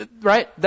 Right